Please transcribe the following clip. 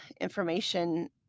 information